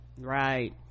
Right